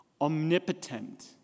Omnipotent